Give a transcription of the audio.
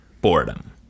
boredom